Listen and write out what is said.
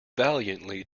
valiantly